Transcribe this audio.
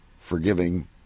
forgiving